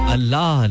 Allah